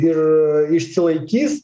ir išsilaikys